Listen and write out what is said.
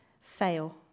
fail